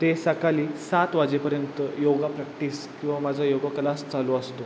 ते सकाळी सात वाजेपर्यंत योगा प्रॅक्टिस किंवा माझा योगा क्लास चालू असतो